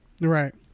right